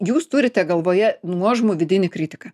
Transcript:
jūs turite galvoje nuožmų vidinį kritiką